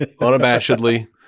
unabashedly